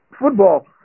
Football